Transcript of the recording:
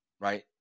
right